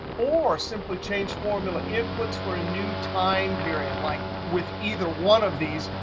or simply change formula inputs for a new time period, like with either one of these,